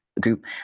group